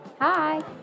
Hi